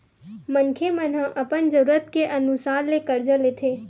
मनखे मन ह अपन जरूरत के अनुसार ले करजा लेथे